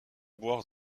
boire